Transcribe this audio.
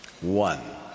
One